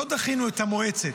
לא דחינו את מועצת,